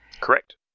Correct